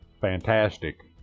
fantastic